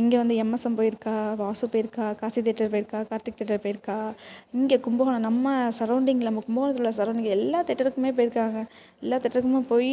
இங்க வந்து M S M போயிருக்காள் வாசு போயிருக்காள் காசி தேட்டர் போயிருக்காள் கார்த்திக் தேட்டர் போயிருக்காள் இங்கே கும்பகோணம் நம்ம சரவுண்டிங்கில் நம்ம கும்பகோணத்தில் உள்ள சரவுண்டிங் எல்லா தேட்டருக்கும் போய்ருக்காங்க எல்லா தேட்டருக்கும் போய்